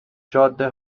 جاده